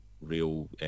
real